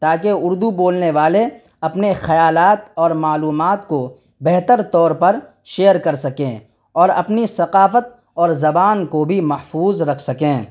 تاکہ اردو بولنے والے اپنے خیالات اور معلومات کو بہتر طور پر شیئر کر سکیں اور اپنی ثقافت اور زبان کو بھی محفوظ رکھ سکیں